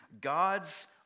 God's